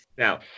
Now